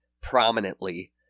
prominently